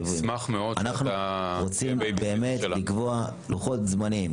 אנחנו רוצים באמת לקבוע לוחות זמנים.